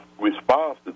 response